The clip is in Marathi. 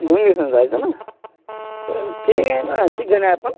दोन दिवसांनी जायचं ना तर ठीक आहे ना किती जणं आहे आपण